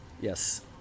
Yes